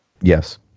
Yes